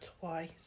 Twice